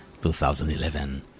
2011